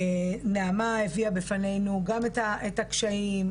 נעמה הביאה בפנינו גם את הקשיים,